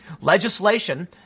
Legislation